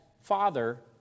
father